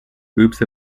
groups